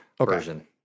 version